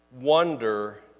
wonder